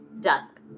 dusk